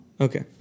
Okay